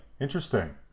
Interesting